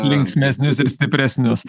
linksmesnius ir stipresnius